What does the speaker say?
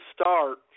start